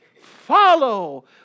follow